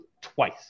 twice